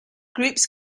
groups